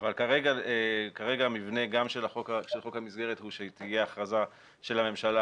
אבל כרגע המבנה של חוק המסגרת הוא שתהיה הכרזה של הממשלה